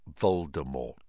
Voldemort